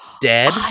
dead